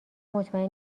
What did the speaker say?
مطمئن